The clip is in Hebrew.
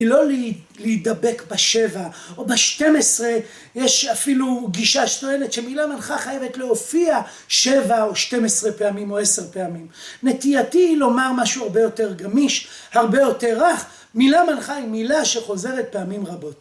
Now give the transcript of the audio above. היא לא להידבק בשבע או בשתים עשרה יש אפילו גישה שטוענת שמילה מנחה חייבת להופיע שבע או שתים עשרה פעמים או עשר פעמי. נטייתי היא לומר משהו הרבה יותר גמיש הרבה יותר רך. מילה מנחה היא מילה שחוזרת פעמים רבות